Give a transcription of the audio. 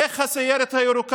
איך הסיירת הירוקה,